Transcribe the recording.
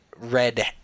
red